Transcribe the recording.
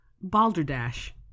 Balderdash